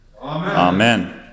Amen